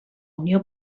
unió